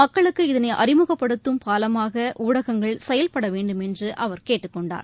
மக்களுக்கு இதனை அறிமுகப்படுத்தும் பாலமாக ஊடகங்கள் செயல்பட வேண்டுமென்று அவர் கேட்டுக் கொண்டார்